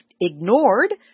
ignored